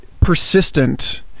persistent